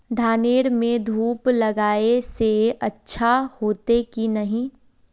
धानेर में धूप लगाए से अच्छा होते की नहीं?